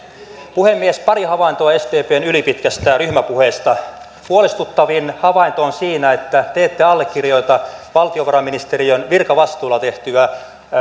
puhemies pari havaintoa sdpn ylipitkästä ryhmäpuheesta huolestuttavin havainto on siinä että te ette allekirjoita valtiovarainministeriön virkavastuulla tehtyä